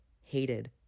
hated